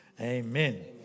Amen